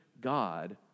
God